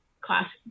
class